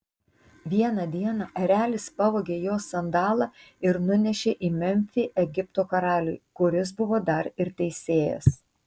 vieną dieną erelis pavogė jos sandalą ir nunešė į memfį egipto karaliui kuris buvo dar ir teisėjas